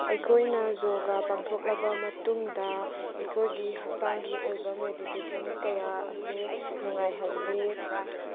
ꯑꯩꯈꯣꯏꯅ ꯌꯣꯒꯥ ꯄꯥꯡꯊꯣꯛꯂꯕ ꯃꯇꯨꯡꯗ ꯑꯩꯈꯣꯏꯒꯤ ꯍꯛꯆꯥꯡꯒꯤ ꯑꯣꯏꯕ ꯃꯦꯗꯤꯇꯦꯁꯟ ꯀꯌꯥ ꯑꯁꯦ ꯅꯨꯡꯉꯥꯏꯍꯜꯂꯤ